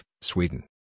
Sweden